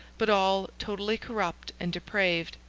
but all totally corrupt and depraved.